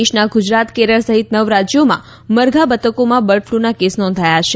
દેશના ગુજરાત કેરળ સહિત નવ રાજયોમાં મરઘા બતકોમાં બર્ડ ફલુના કેસ નોંધાયા છે